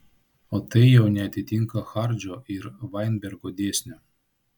o tai jau neatitinka hardžio ir vainbergo dėsnio